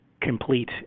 complete